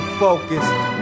focused